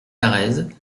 carrez